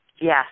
Yes